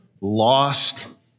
lost